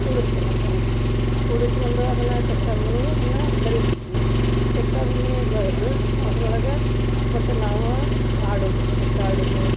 ಕೂಡಸ್ಕೊತಿದ್ವಿ ಕೂಡಿಸ್ಕೊಂಡು ಅದನ್ನು ಚಕ್ಕದ ಮನೆಯ ಅನ್ನ ಬರಿತಿದ್ವಿ ಚಕ್ಕದ ಮನೆ ಬರೆದು ಅದ್ರೊಳಗೆ ಒಟ್ಟು ನಾವೇ ಆಡೋದು ಚಕ್ಕ ಆಡೋದು